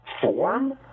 form